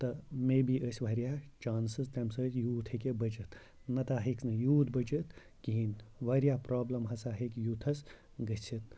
تہٕ مے بی أسۍ واریاہ چانسٕز تَمہِ سۭتۍ یوٗتھ ہیٚکہِ بٔچھِتھ نہ تہ ہیٚکہِ نہٕ یوٗتھ بٔچِتھ کِہیٖنۍ واریاہ پرٛابلِم ہَسا ہیٚکہِ یوٗتھَس گٔژھِتھ